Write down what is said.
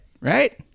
right